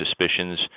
Suspicions